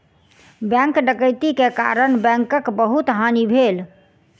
bank डकैती के कारण बैंकक बहुत हानि भेल